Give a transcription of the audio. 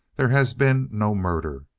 there has been no murder.